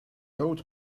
old